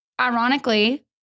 Ironically